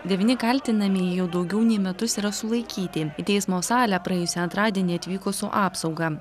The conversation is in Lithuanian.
devyni kaltinamieji jau daugiau nei metus yra sulaikyti į teismo salę praėjusį antradienį atvyko su apsauga